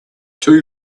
two